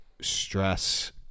stress